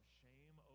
shame